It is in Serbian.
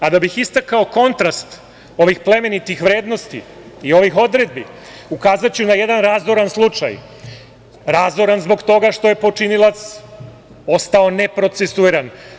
Da bih istakao kontrast ovih plemenitih vrednosti i ovih odredbi ukazaću na jedan razoran slučaj, razoran zbog toga što je počinilac ostao neprocesuiran.